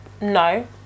No